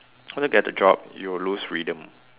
once you get the job you'll lose freedom